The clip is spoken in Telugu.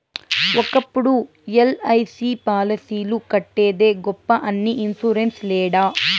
ఒకప్పుడు ఎల్.ఐ.సి పాలసీలు కట్టేదే గొప్ప ఇన్ని ఇన్సూరెన్స్ లేడ